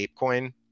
ApeCoin